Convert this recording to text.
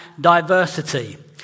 diversity